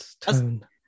tone